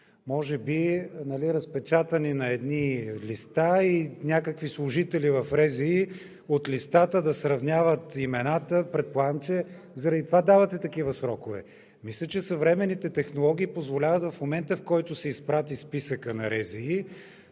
Може би разпечатани на едни листа и някакви служители в РЗИ от листата да сравняват имената. Предполагам, че заради това давате такива срокове. Мисля, че съвременните технологии позволяват в момента, в който се изпрати списъкът на РЗИ,